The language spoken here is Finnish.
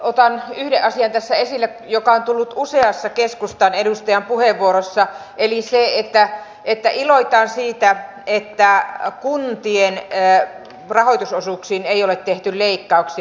otan yhden asian tässä esille joka on tullut useassa keskustan edustajan puheenvuorossa eli sen että iloitaan siitä että kuntien rahoitusosuuksiin ei ole tehty leikkauksia